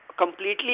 completely